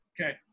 Okay